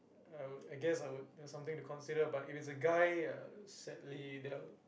I I guess I would there's something to consider but if it's a guy uh sadly that would